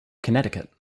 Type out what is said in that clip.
connecticut